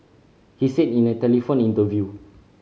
he said in a telephone interview